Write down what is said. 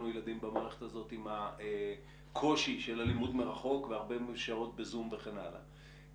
ילדים במערכת הזאת עם הקושי של הלימוד מרחוק והרבה שעות בזום וכן הלאה.